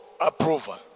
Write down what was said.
approval